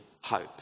hope